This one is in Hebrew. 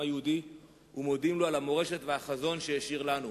היהודי ומודים לו על המורשת והחזון שהשאיר לנו,